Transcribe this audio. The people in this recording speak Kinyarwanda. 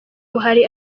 buhari